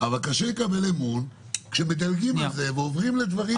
אבל קשה לי לקבל אמון כשמדלגים על זה ועוברים לדברים אחרים.